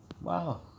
Wow